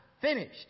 Finished